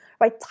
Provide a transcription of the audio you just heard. right